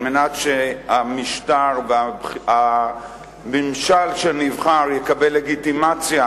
על מנת שהמשטר והממשל שנבחר יקבל לגיטימציה